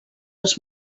els